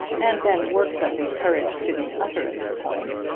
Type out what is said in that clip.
and then works up his courage to the utterance-point,